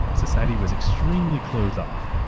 society was extremely closed off.